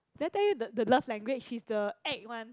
did I tell you the the love language she's the act one